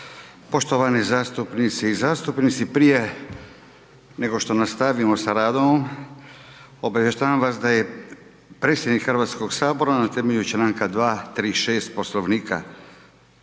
Poštovane zastupnice i zastupnici, prije nego što nastavimo sa radom obavještavam vas da je predsjednik Hrvatskog sabora na temelju članka 236 Poslovnika u